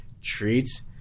Treats